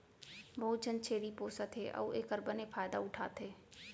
बहुत झन छेरी पोसत हें अउ एकर बने फायदा उठा थें